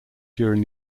during